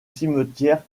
cimetière